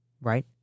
Right